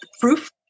Proof